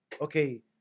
okay